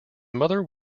mother